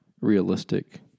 realistic